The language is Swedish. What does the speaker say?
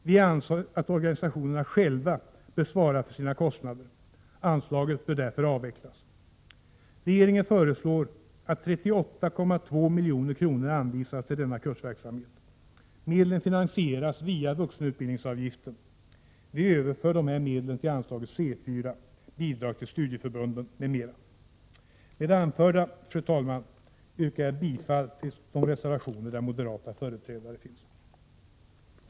Vi anser att organisationerna själva bör svara för sina kostnader. Anslaget bör därför avvecklas. Regeringen föreslår att 38,2 milj.kr. anvisas till denna kursverksamhet. Medlen finansieras via vuxenutbildningsavgiften. Vi överför dessa medel till anslaget C4. Bidrag till studieförbunden m.m. Prot. 1987/88:110 Med det anförda, fru talman, yrkar jag bifall till de reservationer där 28 april 1988 moderata företrädare deltagit. Anslag till vuxenutbild